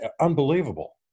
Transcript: unbelievable